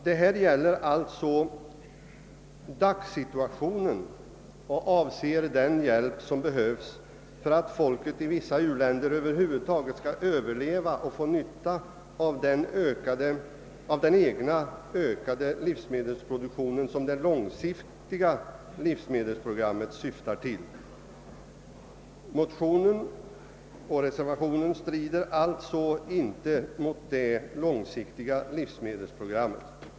Detta gäller alltså dagens situation och avser den hjälp som behövs för att folk i vissa u-länder över huvud taget skall överleva och få nytta av den ökade egna livsmedelsproduktion som det långsiktiga livsmedelsprogrammet syftar till. Motionen och reservationen strider alltså inte mot det långsiktiga livsmedelsprogrammet.